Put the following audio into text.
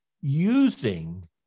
using